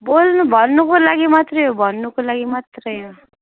बोल्नु भन्नुको लागि मात्रै हो भन्नुको लागि मात्रै हो